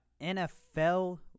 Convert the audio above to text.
NFL